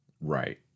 right